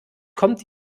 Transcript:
kommt